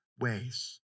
ways